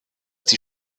die